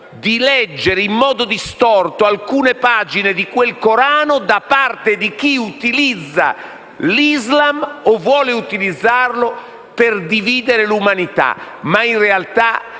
di leggere in modo distorto alcune pagine del Corano da parte di chi utilizza l'Islam o vuole utilizzarlo per dividere l'umanità. Ma in realtà